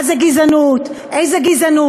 מה זה גזענות, איזו גזענות?